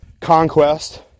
conquest